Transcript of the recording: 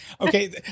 okay